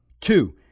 Two